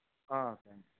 thanks